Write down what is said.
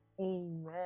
Amen